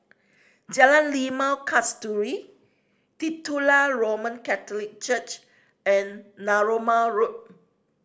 Jalan Limau Kasturi Titular Roman Catholic Church and Narooma Road